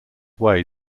way